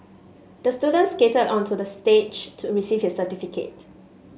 the student skated onto the stage to receive his certificate